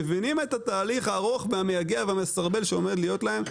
מבינים את התהליך הארוך והמייגע והמסרבל שעומד להיות להם,